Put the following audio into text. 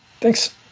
Thanks